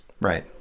Right